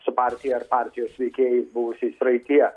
su partija ar partijos veikėjais buvusiais praeityje